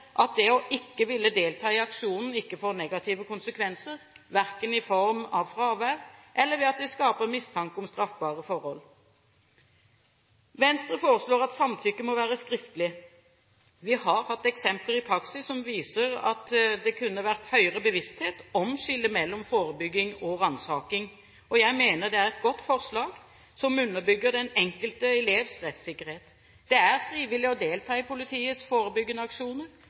at det å ikke ville delta i aksjonen ikke får negative konsekvenser, verken i form av fravær eller ved at det skaper mistanke om straffbare forhold. Venstre foreslår at samtykket må være skriftlig. Vi har hatt eksempler i praksis som viser at det kunne vært høyere bevissthet om skillet mellom forebygging og ransaking. Jeg mener det er et godt forslag, som underbygger den enkelte elevs rettssikkerhet. Det er frivillig å delta i politiets forebyggende aksjoner.